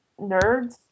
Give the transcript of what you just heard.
nerds